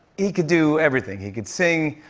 he could do everything. he could sing.